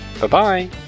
Bye-bye